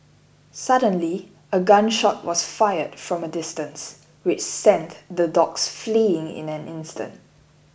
suddenly a gun shot was fired from a distance which sent the dogs fleeing in an instant